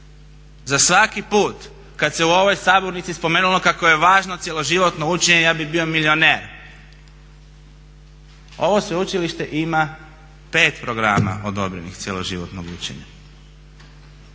za svaki put kada se u ovoj sabornici spomenulo kako je važno cjeloživotno učenje ja bi bio milioner. Ovo sveučilište ima pet programa odobrenih cjeloživotnog učenja